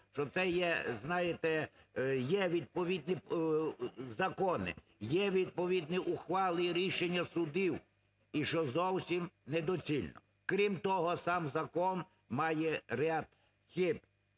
що це є, знаєте, відповідні закони, є відповідні ухвали і рішення судів, і що зовсім недоцільно. Крім того, сам закон має ряд хиб,